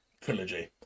trilogy